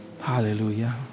Hallelujah